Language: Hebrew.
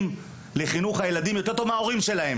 לחינוך הילדים טוב יותר מההורים שלהם